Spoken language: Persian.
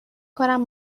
کنم